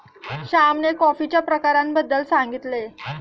श्यामने कॉफीच्या प्रकारांबद्दल सांगितले